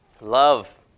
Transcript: Love